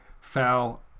foul